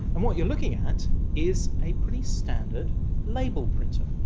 and what you're looking at is a pretty standard label printer,